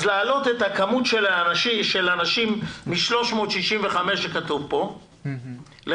אז להעלות את מספר הנשים מ-365 כפי שכתוב כאן ל-518